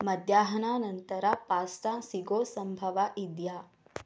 ಮಧ್ಯಾಹ್ನನ ನಂತರ ಪಾಸ್ತಾ ಸಿಗೋ ಸಂಭವ ಇದೆಯಾ